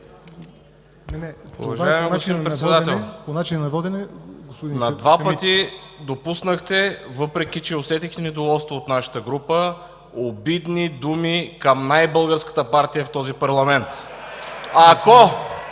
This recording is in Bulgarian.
Председател, на два пъти допуснахте, въпреки че усетихте недоволство от нашата група, обидни думи към най-българската партия в този парламент!